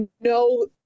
no